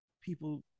people